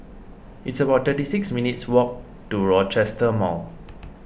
it's about thirty six minutes' walk to Rochester Mall